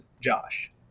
Josh